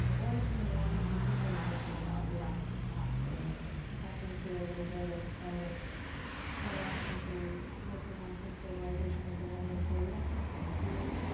or if you want to be super mindful about your back pain. perhaps you're accustomed to a little bit of sciatic flare up, and so you're working on some stabilization and preventative care. you might just stay here.